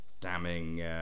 damning